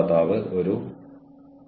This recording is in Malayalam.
അത് വളരെ നല്ലതാണ്